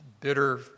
bitter